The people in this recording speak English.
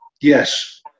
Yes